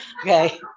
okay